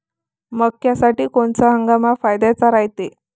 मक्क्यासाठी कोनचा हंगाम फायद्याचा रायते?